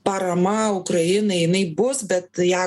parama ukrainai jinai bus bet ją